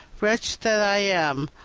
wretch that i am!